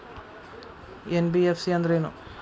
NBFC ಅಂದ್ರೇನು?